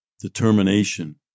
determination